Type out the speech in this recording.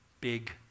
big